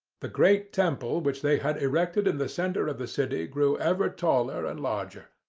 the great temple which they had erected in the centre of the city grew ever taller and larger.